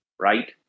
right